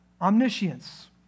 Omniscience